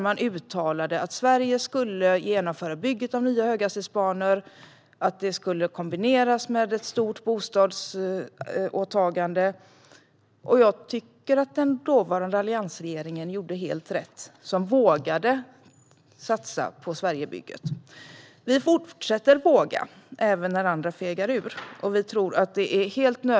Man uttalade då att Sverige skulle genomföra bygget av nya höghastighetsbanor och att detta skulle kombineras med ett stort bostadsåtagande. Jag tycker att den dåvarande alliansregeringen gjorde helt rätt som vågade satsa på Sverigebygget. Vi fortsätter att våga, även när andra fegar ur.